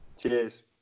Cheers